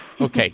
Okay